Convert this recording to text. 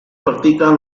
practican